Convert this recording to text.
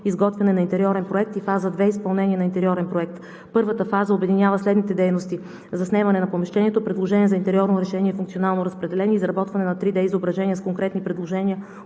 изготвяне на интериорен проект, и фаза 2 – изпълнение на интериорен проект. Първата фаза обединява следните дейности: заснемане на помещението, предложение за интериорно решение и функционално разпределение, изработване на 3D изображение с конкретни предложения